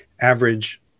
average